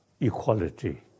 equality